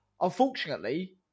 Unfortunately